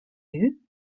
you